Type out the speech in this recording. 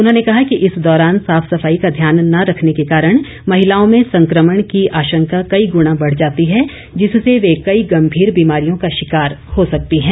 उन्होंने कहा कि इस दौरान साफ सफाई का ध्यान न रखने के कारण महिलाओं में संक्रमण की आशंका कई गुना बढ़ जाती है जिससे वे कई गम्भीर बीमारियों का शिकार हो सकती हैं